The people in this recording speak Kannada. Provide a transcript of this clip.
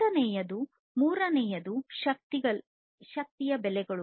ಎರಡನೆಯದು ಮೂರನೆಯದು ಶಕ್ತಿಯ ಬೆಲೆಗಳು